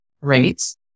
rates